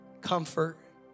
Comfort